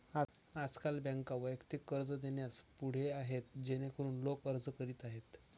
आजकाल बँका वैयक्तिक कर्ज देण्यास पुढे आहेत जेणेकरून लोक अर्ज करीत आहेत